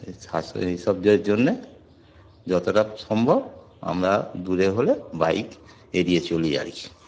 শ্বাস এই সবজয়ের জন্যে যতটা সম্ভব আমরা দূরে হলে বাইক এড়িয়ে চলি আর কি